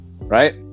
right